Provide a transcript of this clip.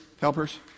Helpers